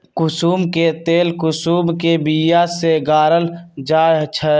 कुशुम के तेल कुशुम के बिया से गारल जाइ छइ